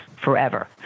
forever